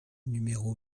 numéro